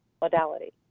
modality